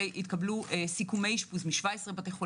התקבלו סיכומי אשפוז מ-17 בתי חולים.